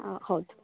ಆಂ ಹೌದು